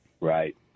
Right